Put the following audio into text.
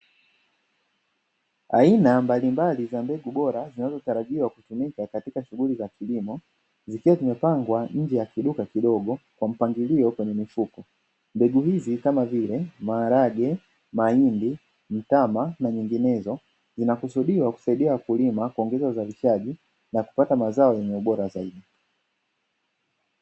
Aina mbalimbali za mbegu bora zinazotarajiwa kutumika katika shughuli za kilimo, zikiwa zimepangwa nje ya kiduka kidogo kwa mpangilio kwenye mifuko. Mbegu hizi kama vile maharage, mahindi, mtama na nyinginezo, zinakusudiwa kusaidia wakulima kuongeza uzalishaji na kupata mazao yenye ubora zaidi.